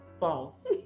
false